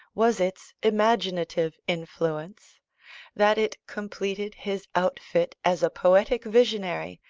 was its imaginative influence that it completed his outfit as a poetic visionary,